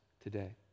today